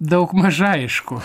daugmaž aišku